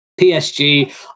PSG